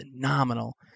phenomenal